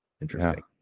Interesting